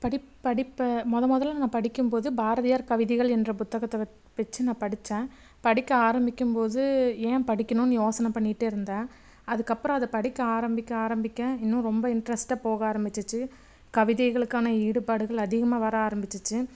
படிப் படிப்பை மொதல் முதல்ல நான் படிக்கும்போது பாரதியார் கவிதைகள் என்ற புத்தகத்தை வெத் வெச்சு நான் படித்தேன் படிக்க ஆரம்பிக்கும்போது ஏன் படிக்கணும்னு யோசனை பண்ணிகிட்டே இருந்தேன் அதுக்கப்புறம் அதை படிக்க ஆரம்பிக்க ஆரம்பிக்க இன்னும் ரொம்ப இன்ட்ரெஸ்ட்டாக போக ஆரம்பிச்சிச்சு கவிதைகளுக்கான ஈடுபாடுகள் அதிகமாக வர ஆரம்பிச்சிச்சு